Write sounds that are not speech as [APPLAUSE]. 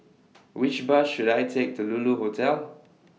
[NOISE] Which Bus should I Take to Lulu Hotel